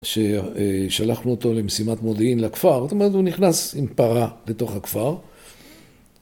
ששלחנו אותו למשימת מודיעין לכפר, זאת אומרת הוא נכנס עם פרה לתוך הכפר